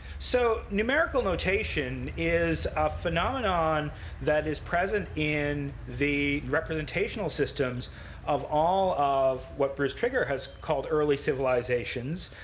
so numerical notation is a phenomenon that is present in the representational systems of all of what bruce trigger has called early civilizations.